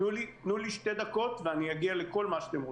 תנו לי שתי דקות ואגיע לכל מה שאתם רוצים.